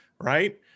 Right